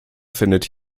findet